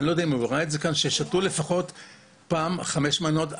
ששתו לפחות חמש מנות.